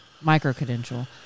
Micro-credential